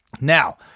Now